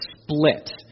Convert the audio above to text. split